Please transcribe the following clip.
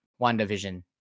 WandaVision